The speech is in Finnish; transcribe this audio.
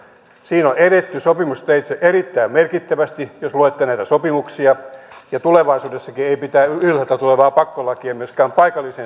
siinä on edetty sopimusteitse erittäin merkittävästi jos luette näitä sopimuksia ja tulevaisuudessakaan ei mitään ylhäältä tulevaa pakkolakia myöskään paikalliseen sopimiseen tehdä